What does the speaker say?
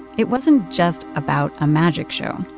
it wasn't just about a magic show.